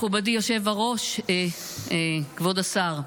כבוד השר,